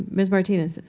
martinez.